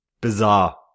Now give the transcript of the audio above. bizarre